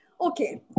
Okay